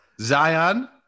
Zion